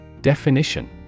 Definition